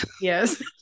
Yes